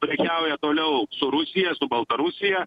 prekiauja toliau su rusija su baltarusija